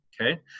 Okay